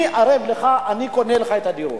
אני ערב לך, אני קונה ממך את הדירות.